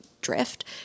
drift